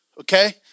okay